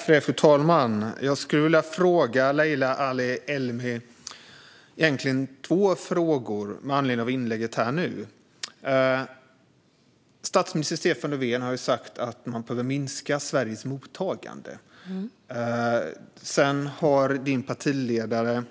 Fru talman! Jag skulle vilja fråga Leila Ali-Elmi två frågor med anledning av inlägget här. Statsminister Stefan Löfven har sagt att man behöver minska Sveriges mottagande. Sedan har din partiledare